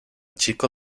chico